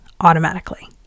automatically